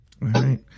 right